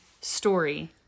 story